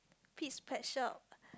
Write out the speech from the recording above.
Pete's Pet Shop